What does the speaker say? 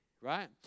right